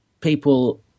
people